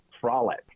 frolic